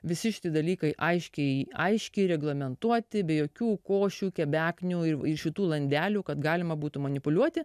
visi šitie dalykai aiškiai aiškiai reglamentuoti be jokių košių kebeknių ir iš šitų lazdelių kad galima būtų manipuliuoti